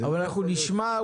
אנחנו נשמע.